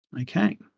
Okay